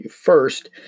First